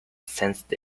sensed